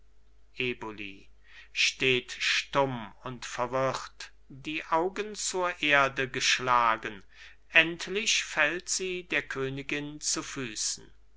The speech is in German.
eboli steht stumm und verwirrt die augen zur erde geschlagen endlich fällt sie der königin zu füßen